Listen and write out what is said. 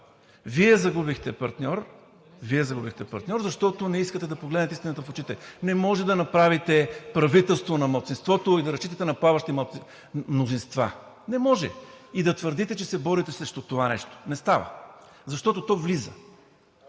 Вие загубихте партньор, защото не искате да погледнете истината в очите! Не можете да направите правителство на малцинството и да разчитате на плаващи мнозинства. Не може! И да твърдите, че се борите срещу това нещо. Не става! Защото то влиза.